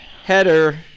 header